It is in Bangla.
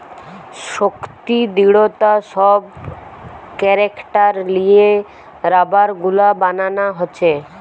শক্তি, দৃঢ়তা সব ক্যারেক্টার লিয়ে রাবার গুলা বানানা হচ্ছে